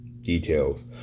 details